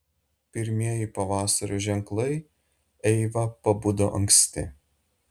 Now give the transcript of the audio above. pirmieji pavasario ženklai eiva pabudo anksti